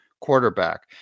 quarterback